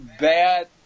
bad